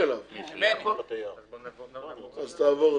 אז תעבור.